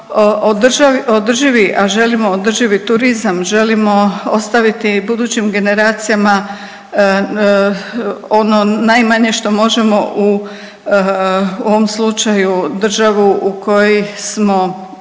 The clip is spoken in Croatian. održivi, a želimo održivi turizam, želimo ostaviti budućim generacijama ono najmanje što možemo u ovom slučaju državu u koju smo uredili